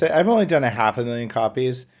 i've only done a half a million copies.